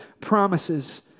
promises